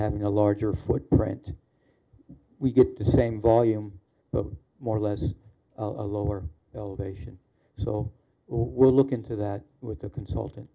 having a larger footprint we get the same volume more or less a lower elevation so we'll look into that with the consultant